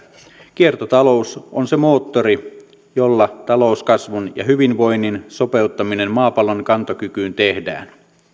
kiertotalous on se moottori jolla talouskasvun ja hyvinvoinnin sopeuttaminen maapallon kantokykyyn tehdään